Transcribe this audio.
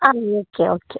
അതെ okay okay